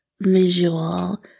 visual